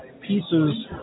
pieces